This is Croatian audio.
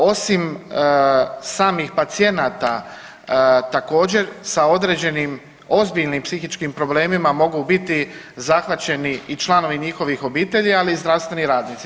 Osim samih pacijenata također sa određenim ozbiljnim psihičkim problemima mogu biti zahvaćeni i članovi njihovih obitelji, ali i zdravstveni radnici.